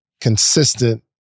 consistent